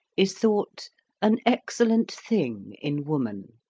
is thought an excellent thing in woman.